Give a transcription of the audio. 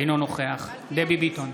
אינו נוכח דבי ביטון,